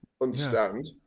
understand